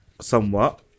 somewhat